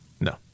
No